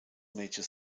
major